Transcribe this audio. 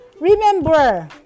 Remember